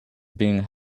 being